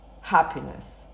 happiness